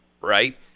right